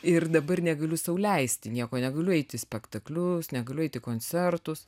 ir dabar negaliu sau leisti nieko negaliu eiti į spektaklius negaliu eiti į koncertus